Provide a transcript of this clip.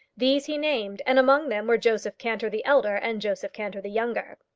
these he named, and among them were joseph cantor the elder, and joseph cantor the younger.